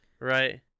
Right